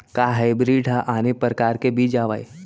का हाइब्रिड हा आने परकार के बीज आवय?